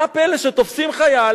מה הפלא שתופסים חייל,